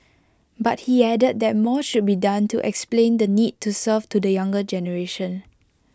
but he added that more should be done to explain the need to serve to the younger generation